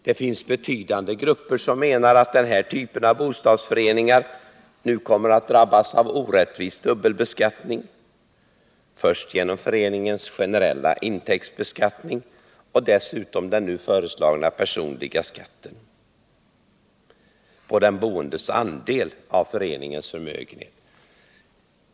Det finns betydande grupper av människor som menar att den här typen av bostadsföreningar nu kommer att drabbas av en orättvis dubbelbeskattning, först genom föreningens generella intäktsbeskattning och sedan genom den nu föreslagna personliga skatten på den boendes andel av föreningens förmögenhet.